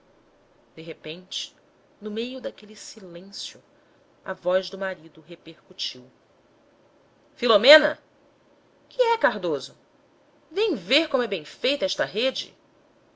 de repente no meio daquele silêncio a voz do marido repercutiu filomena que é cardoso vem ver como é bem feita esta rede